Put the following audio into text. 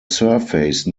surface